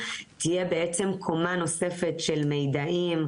תהיה בעצם קומה נוספת של מידעים,